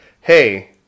hey